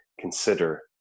consider